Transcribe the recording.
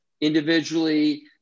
individually